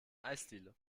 eisdiele